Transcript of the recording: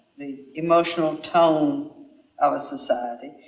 the emotional tone of a society,